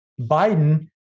Biden